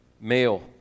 male